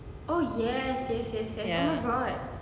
ya